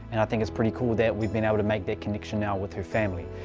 and i think it's pretty cool that we've been able to make that connection now with her family.